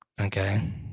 Okay